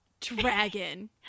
dragon